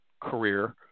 career